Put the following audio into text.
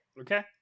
Okay